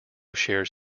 shares